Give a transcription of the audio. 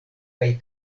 kaj